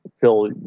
phil